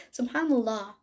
subhanallah